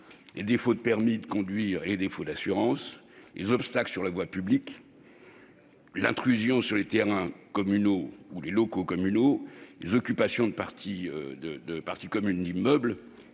le défaut de permis de conduire et d'assurance, les obstacles déposés sur la voie publique, l'intrusion sur les terrains communaux ou dans les locaux communaux, les occupations de parties communes d'immeuble